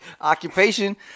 Occupation